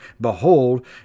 Behold